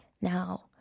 Now